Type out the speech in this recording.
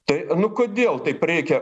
tai nu kodėl taip reikia